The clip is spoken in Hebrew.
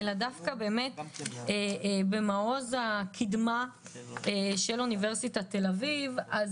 אלא דווקא במעוז הקידמה של אוניברסיטת תל אביב אז